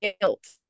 guilt